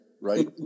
Right